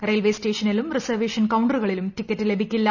railway സ്റ്റേഷനിലും reservation കൌണ്ടറുകളിലും ticket ലഭിക്കില്ല